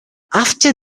after